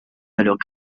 valeurs